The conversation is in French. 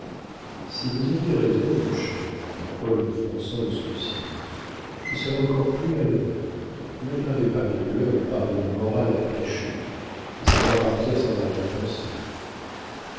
si vous aviez raison mon cher dit paul en fronçant le sourcil je serais encore plus malheureux n'aggravez pas mes douleurs par une morale après la chute laissez-moi partir sans arrière-pensée